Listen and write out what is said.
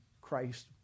Christ